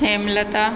Hemlata